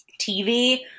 TV